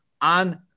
on